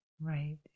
Right